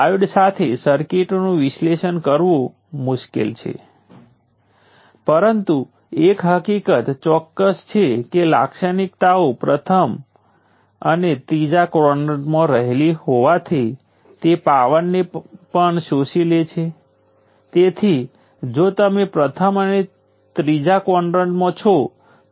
નોંધ કરો કે V2 એ વોલ્ટેજ સોર્સ વોલ્ટેજની ધ્રુવીયતામાં વિરુદ્ધ છે પરંતુ એકવાર હું V2 પસંદ કરી લઉં ત્યારે તેનાથી કોઈ ફરક પડતો નથી પેસિવ સાઇન કન્વેન્શન માટે મારે I2 ને આની જેમ ધ્યાનમાં લેવું પડશે